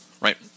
right